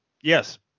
Yes